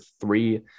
three